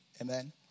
Amen